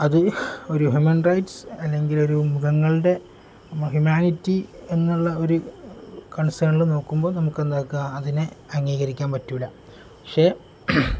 അത് ഒരു human rights അല്ലെങ്കിൽ ഒരു മൃഗങ്ങളുടെ ഹ്യൂമാനിറ്റി എന്നുള്ള ഒരു കൺസേണിൽ നോക്കുമ്പോൾ നമുക്ക് എന്താക്കാം അതിനെ അംഗീകരിക്കാൻ പറ്റില്ല പക്ഷെ